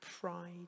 pride